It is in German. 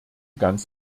ganz